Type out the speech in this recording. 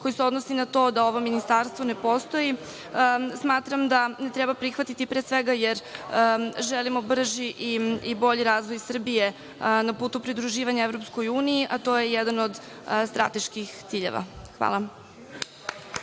koje se odnosi na to da ovo ministarstvo ne postoji, smatram da ne treba prihvatiti, jer pre svega, želimo brži i bolji razvoj Srbije na putu pridruživanja EU, a to je jedan od strateških ciljeva. Hvala.